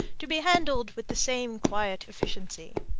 to be handled with the same quiet efficiency.